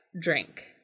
drink